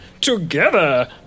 together